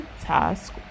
task